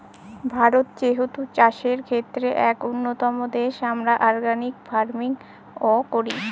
ভারত যেহেতু চাষের ক্ষেত্রে এক উন্নতম দেশ, আমরা অর্গানিক ফার্মিং ও করি